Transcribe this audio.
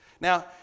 Now